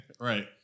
Right